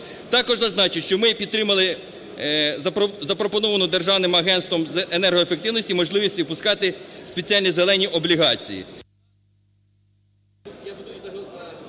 Також зазначу, що ми підтримали запропоновану Державним агентством з енергоефективності можливість випускати спеціальні "зелені" облігації.